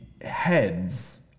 heads